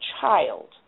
child